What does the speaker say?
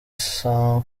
sean